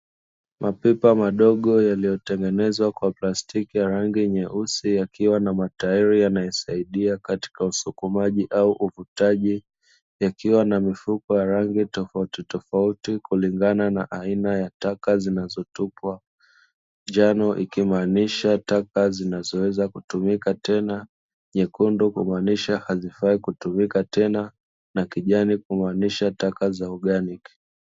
Mapipa madogo yaliyotengenezwa kwa plastiki ya rangi nyeusi yakiwa na matairi yanayosaidia katika usukumaji au uvutaji, yakiwa na mifuko ya rangi tofautitofauti kulingana na aina za taka zinazotupwa. Njano ikimaanisha taka zinazoweza kutumika tena, nyekundu kumaanisha hazifai kutumika tena na kijani kumaanisha taka za ogani.